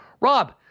Rob